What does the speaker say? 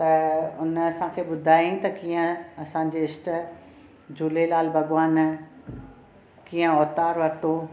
त उन असांखे ॿुधाईं त कीअं असांजे इष्ट झूलेलाल भॻवानु कीअं अवतारु वरितो